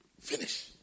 Finish